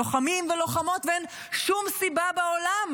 לוחמים ולוחמות, ואין שום סיבה בעולם